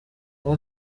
new